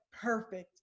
perfect